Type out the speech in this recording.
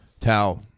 Tao